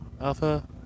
Alpha